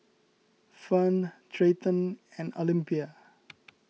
Fern Treyton and Olympia